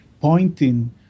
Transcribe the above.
pointing